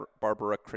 Barbara